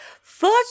Fuck